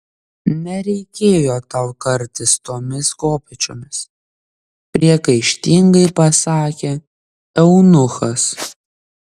nereikėjo tau kartis tomis kopėčiomis priekaištingai pasakė eunuchas